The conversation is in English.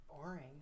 boring